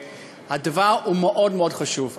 הדבר הוא מאוד מאוד חשוב.